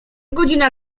godzina